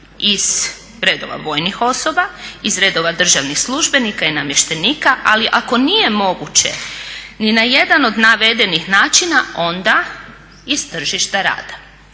iz redova vojnih osoba, iz redova državnih službenika i namještenika ali ako nije moguće ni na jedan od navedenih načina onda iz tržišta rada